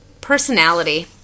Personality